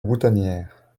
boutonniere